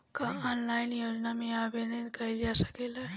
का ऑनलाइन योजना में आवेदन कईल जा सकेला?